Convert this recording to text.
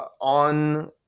on